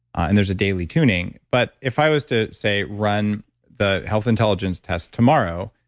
and there's a daily tuning, but if i was to say, run the health intelligence test tomorrow,